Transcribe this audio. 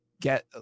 get